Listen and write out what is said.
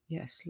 Yes